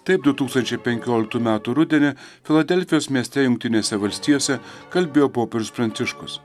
taip du tūkstančiai penkioliktų metų rudenį filadelfijos mieste jungtinėse valstijose kalbėjo popiežius pranciškus